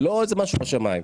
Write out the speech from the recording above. זה לא איזה משהו בשמיים,